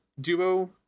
duo